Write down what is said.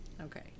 Okay